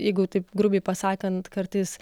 jeigu taip grubiai pasakant kartais